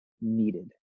needed